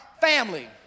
family